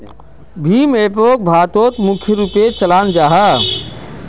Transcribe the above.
भीम एपोक भारतोत मुख्य रूप से चलाल जाहा